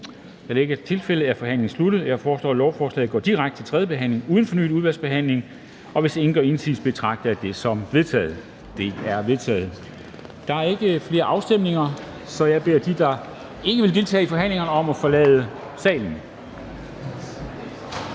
det ikke er tilfældet, er forhandlingen sluttet. Jeg foreslår, at lovforslaget går direkte til tredje behandling uden fornyet udvalgsbehandling, og hvis ingen gør indsigelse, betragter jeg det som vedtaget. Det er vedtaget. Der er ikke flere afstemninger, så jeg beder dem, der ikke vil deltage i forhandlingerne, om at forlade salen.